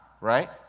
right